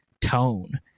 tone